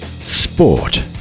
Sport